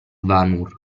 vanur